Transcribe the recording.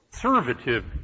conservative